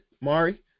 Mari